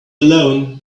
alone